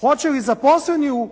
Hoće li zaposleni u